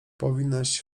powinnaś